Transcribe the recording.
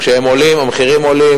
כשהם עולים, המחירים עולים.